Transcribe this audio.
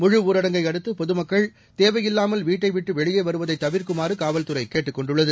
முழுஊரடங்கை அடுத்து பொதுமக்கள் தேவையில்லாமல் வீட்டைவிட்டு வெளியே வருவதை தவிர்க்குமாறு காவல்துறை கேட்டுக் கொண்டுள்ளது